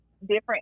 different